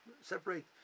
separate